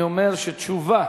אני אומר שתשובה